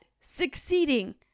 succeeding